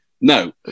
No